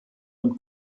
und